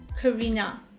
Karina